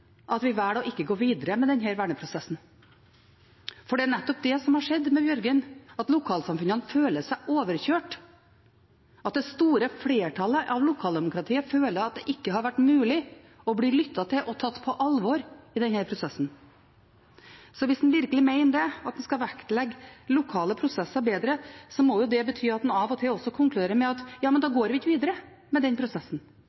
at vi velger ikke å gå videre med denne verneprosessen. Det er nettopp det som har skjedd med Børgin; lokalsamfunnene føler seg overkjørt, det store flertallet av lokaldemokratiet føler at det ikke har vært mulig å bli lyttet til og tatt på alvor i denne prosessen. Hvis en virkelig mener at en skal vektlegge lokale prosesser bedre, må det bety at en av og til også konkluderer med at